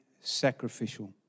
sacrificial